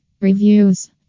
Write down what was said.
Reviews